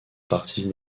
partie